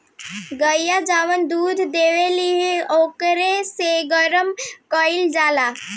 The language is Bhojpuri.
गइया जवन दूध देली ओकरे के गरम कईल जाला